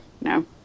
no